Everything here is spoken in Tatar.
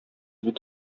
бит